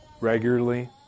Regularly